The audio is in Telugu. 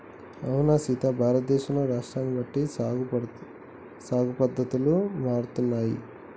అవునా సీత భారతదేశంలో రాష్ట్రాన్ని బట్టి సాగు పద్దతులు మారిపోతున్నాయి